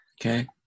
Okay